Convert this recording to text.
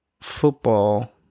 football